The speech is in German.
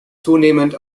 zunehmend